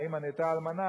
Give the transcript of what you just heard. האמא נהייתה אלמנה,